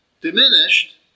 diminished